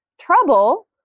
trouble